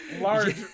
large